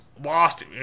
lost